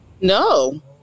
No